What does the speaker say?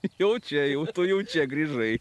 jau čia jau tu jau čia grįžai